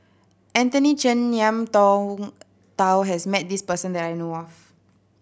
Anthony Chen Ngiam Tong Dow has met this person that I know of